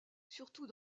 surtout